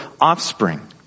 offspring